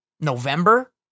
November